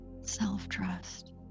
self-trust